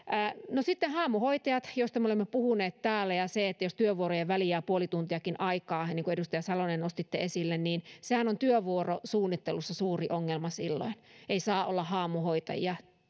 no sitten haamuhoitajat joista me olemme puhuneet täällä ja se jos työvuorojen väliin jää puoli tuntiakin aikaa niin kuin edustaja salonen nostitte esille sehän on työvuorosuunnittelussa suuri ongelma silloin ei saa olla haamuhoitajia